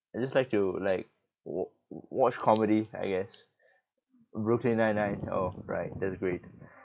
I just like to like w~ watch comedy I guess brooklyn nine nine oh right that's great